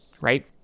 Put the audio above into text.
right